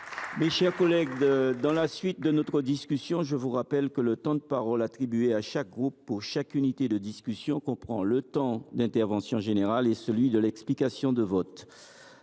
Mes chers collègues, je vous rappelle que le temps de parole attribué à chaque groupe pour chaque unité de discussion comprend le temps d’intervention générale et celui de l’explication de vote.